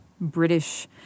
British